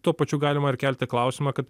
tuo pačiu galima ir kelti klausimą kad